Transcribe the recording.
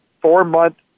four-month